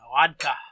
Vodka